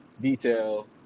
detail